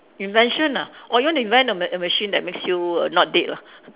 invention ah or you want to invent a ma~ a machine that makes you not dead lah